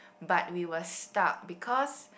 but we were stuck because